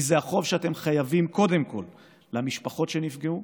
כי זה החוב שאתם חייבים קודם כול למשפחות שנפגעו,